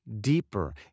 deeper